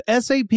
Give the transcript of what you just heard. SAP